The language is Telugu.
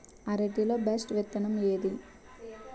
అరటి లో బెస్టు విత్తనం ఏది?